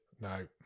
No